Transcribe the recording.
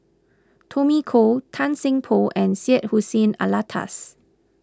Tommy Koh Tan Seng Poh and Syed Hussein Alatas